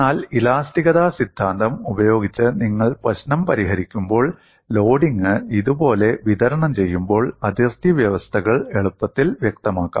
എന്നാൽ ഇലാസ്തികത സിദ്ധാന്തം ഉപയോഗിച്ച് നിങ്ങൾ പ്രശ്നം പരിഹരിക്കുമ്പോൾ ലോഡിംഗ് ഇതുപോലെ വിതരണം ചെയ്യുമ്പോൾ അതിർത്തി വ്യവസ്ഥകൾ എളുപ്പത്തിൽ വ്യക്തമാക്കാം